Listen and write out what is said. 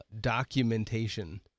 documentation